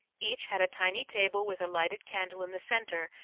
each had a tiny table with a lighted candle in the center,